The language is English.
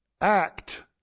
act